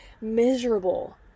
miserable